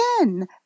again